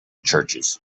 churches